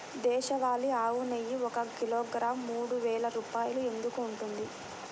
దేశవాళీ ఆవు నెయ్యి ఒక కిలోగ్రాము మూడు వేలు రూపాయలు ఎందుకు ఉంటుంది?